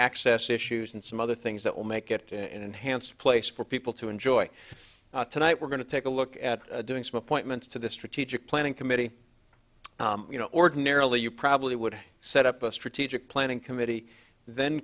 access issues and some other things that will make it an enhanced place for people to enjoy tonight we're going to take a look at doing some appointments to the strategic planning committee you know ordinarily you probably would have set up a strategic planning committee then